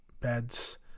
beds